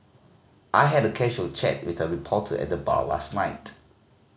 I had a casual chat with a reporter at the bar last night